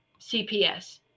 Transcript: CPS